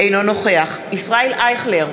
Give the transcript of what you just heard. אינו נוכח ישראל אייכלר,